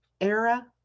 era